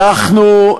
אנחנו,